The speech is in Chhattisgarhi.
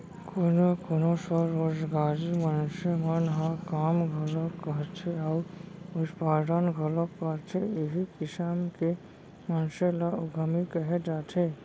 कोनो कोनो स्वरोजगारी मनसे मन ह काम घलोक करथे अउ उत्पादन घलोक करथे इहीं किसम के मनसे ल उद्यमी कहे जाथे